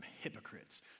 hypocrites